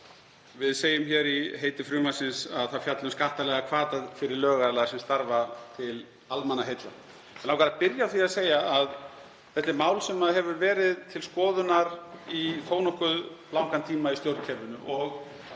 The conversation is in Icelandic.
Við segjum í heiti frumvarpsins að það fjalli um skattalega hvata fyrir lögaðila sem starfa til almannaheilla. Mig langar að byrja á því að segja að þetta er mál sem hefur verið til skoðunar í þó nokkuð langan tíma í stjórnkerfinu og